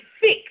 fix